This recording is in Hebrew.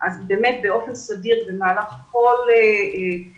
אז באמת באופן סדיר במהלך כל השנים,